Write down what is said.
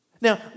Now